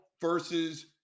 versus